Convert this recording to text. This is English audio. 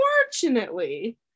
Unfortunately